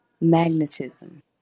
Magnetism